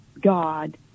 God